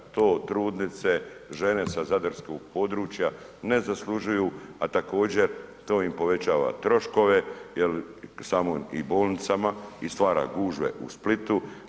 To trudnice, žene sa zadarskog područja ne zaslužuju, a također, to im povećava troškove jer samo i bolnicama i stvara gužve u Splitu.